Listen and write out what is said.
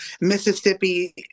Mississippi